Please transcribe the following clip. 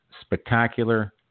spectacular